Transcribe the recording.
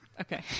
Okay